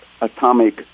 atomic